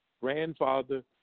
grandfather